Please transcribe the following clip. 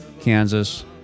Kansas